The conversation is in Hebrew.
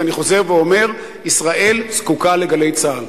ואני חוזר ואומר ישראל זקוקה ל"גלי צה"ל".